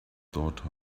daughter